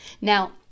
Now